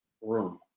room